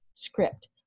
script